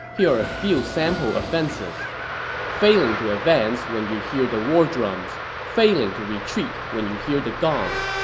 here are a few sample offenses failing to advance when you hear the war drums, failing to retreat when you hear the gong,